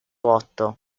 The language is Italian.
otto